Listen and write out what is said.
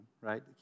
right